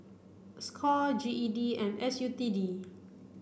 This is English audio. Score G E D and S U T D